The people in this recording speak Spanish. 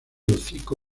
hocico